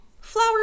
flower